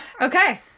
Okay